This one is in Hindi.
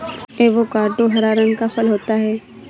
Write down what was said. एवोकाडो हरा रंग का फल होता है